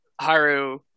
Haru